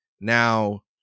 now